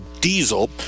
Diesel